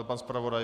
Pan zpravodaj.